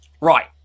Right